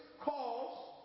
calls